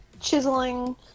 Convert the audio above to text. chiseling